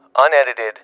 unedited